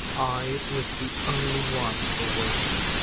i was the only one awake.